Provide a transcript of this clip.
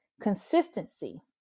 consistency